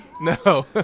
no